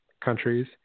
countries